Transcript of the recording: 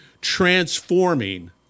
transforming